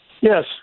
Yes